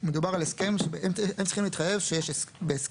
מדובר על הסכם שהם צריכים להתחייב בהסכם